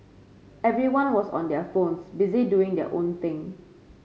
everyone was on their phones busy doing their own thing